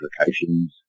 applications